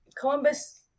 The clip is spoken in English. Columbus